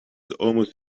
almost